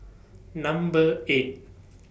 Number eight